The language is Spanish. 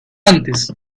antes